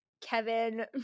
Kevin